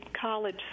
college